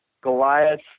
Goliath